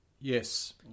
Yes